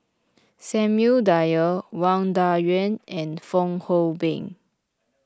Samuel Dyer Wang Dayuan and Fong Hoe Beng